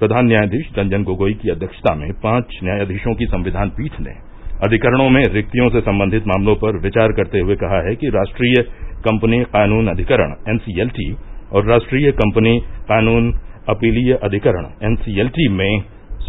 प्रधान न्यायाधीश रंजन गोगोई की अध्यक्षता में पांच न्यायदीशों की संविधान पीठ ने अधिकरणों में रिक्तियों से संबंधित मामलों पर विचार करते हुए कहा कि राष्ट्रीय कंपनी कानून अधिकरण एनसीएलटी और राष्ट्रीय कंपनी कानून अपीलीय अधिकरण एनसीएलएटी में